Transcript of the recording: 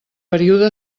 període